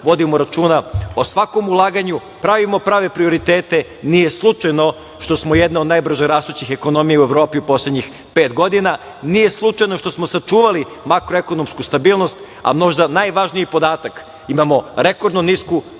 vodimo računa o svakom ulaganju, pravimo prave prioritete. Nije slučajno što smo jedna od najbrže rastućih ekonomija u Evropi u poslednjih pet godina. Nije slučajno što smo sačuvali makroekonomsku stabilnost, a možda najvažniji podatak, imamo rekordno nisku